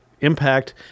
impact